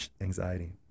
anxiety